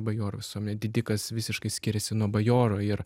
bajorai visuomet didikas visiškai skiriasi nuo bajoro ir